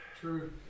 True